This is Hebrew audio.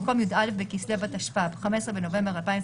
במקום י"א בכסלו התשפ"ב (15 בנובמבר 2021)